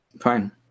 Fine